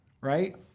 right